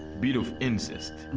bit of incest.